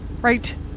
Right